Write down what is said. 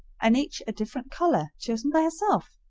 and each a different color, chosen by herself.